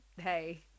hey